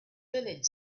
village